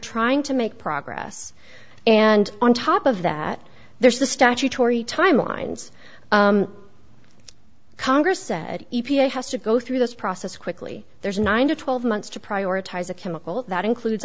trying to make progress and on top of that there's the statutory timelines congress at e p a has to go through this process quickly there's a nine to twelve months to prioritize a chemical that includes